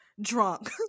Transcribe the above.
drunk